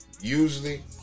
Usually